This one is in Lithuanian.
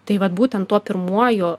tai vat būtent tuo pirmuoju